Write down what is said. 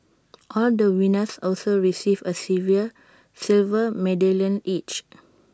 all the winners also received A silver medallion each